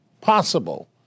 possible